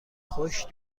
خشک